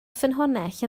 ffynhonnell